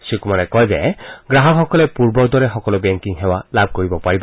শ্ৰীকুমাৰে কয় যে গ্ৰাহকসকলে পূৰ্বৰ দৰে সকলো বেংকিং সেৱা লাভ কৰিব পাৰিব